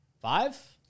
five